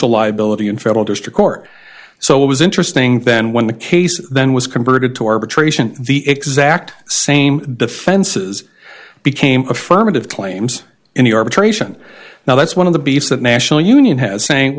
al liability in federal district court so it was interesting then when the case then was converted to arbitration the exact same defenses became affirmative claims in the arbitration now that's one of the beefs that national union has saying